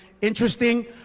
Interesting